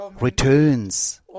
returns